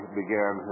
began